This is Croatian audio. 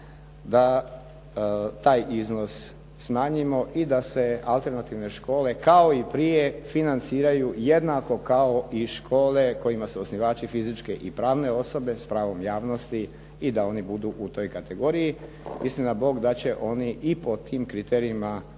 da taj iznos smanjimo i da se alternativne škole, kao i prije, financiraju kao i škole kojima su osnivači fizičke i pravne osobe s pravom javnosti i da oni budu u toj kategoriji. Istina bog da će oni i pod tim kriterijima